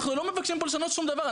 אנחנו לא מבקשים לשנות פה שום דבר,